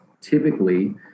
typically